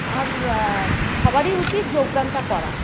আর সবারই উচিত যোগব্যায়ামটা করা